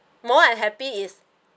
more unhappy is